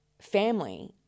family